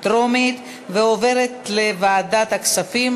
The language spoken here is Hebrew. לוועדת הכספים